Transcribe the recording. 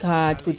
Card